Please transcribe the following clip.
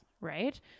right